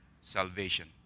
salvation